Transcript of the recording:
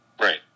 Right